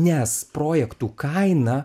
nes projektų kaina